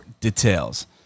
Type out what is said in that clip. details